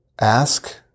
Ask